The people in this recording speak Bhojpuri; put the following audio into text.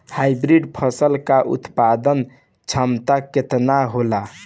हाइब्रिड फसल क उत्पादन क्षमता केतना होला?